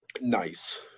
Nice